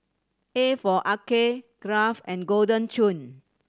A for Arcade Kraft and Golden Churn